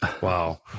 Wow